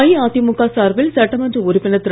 அஇஅதிமுக சார்பில் சட்டமன்ற உறுப்பினர் திரு